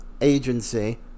agency